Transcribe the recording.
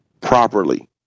properly